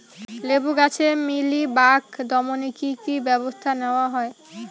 লেবু গাছে মিলিবাগ দমনে কী কী ব্যবস্থা নেওয়া হয়?